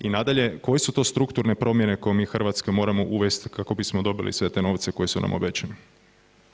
I nadalje, koje su to strukturne promjene koje mi, Hrvatska moramo uvesti kako bismo dobili sve te novce koji su nam obećani?